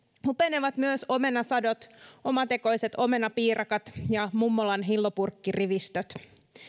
hupenevat myös omenasadot omatekoiset omenapiirakat ja mummolan hillopurkkirivistöt